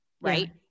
Right